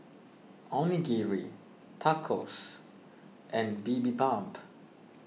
Onigiri Tacos and Bibimbap